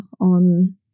on